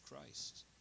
Christ